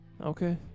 Okay